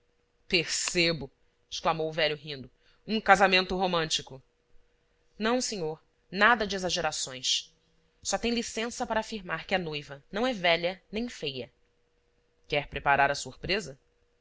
exclamou o velho rindo um casamento romântico não senhor nada de exagerações só tem licença para afirmar que a noiva não é velha nem feia quer preparar a surpresa